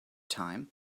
time